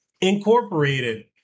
incorporated